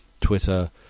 Twitter